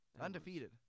Undefeated